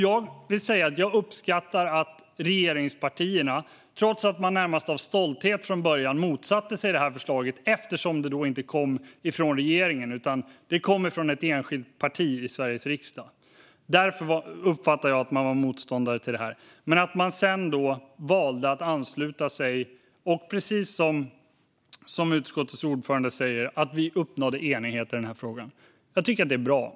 Jag uppskattar att regeringspartierna, trots att de närmast av stolthet från början motsatte sig detta förslag eftersom det inte kom från regeringen utan från ett enskilt parti i Sveriges riksdag, sedan valde att ansluta sig så att vi, precis som utskottets ordförande säger, nådde enighet i denna fråga. Jag tycker att det är bra!